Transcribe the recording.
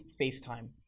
FaceTime